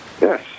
Yes